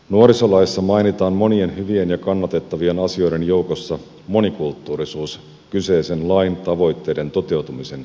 nuorisolaissa mainitaan monien hyvien ja kannatettavien asioiden joukossa monikulttuurisuus kyseisen lain tavoitteiden toteutumisen lähtökohtana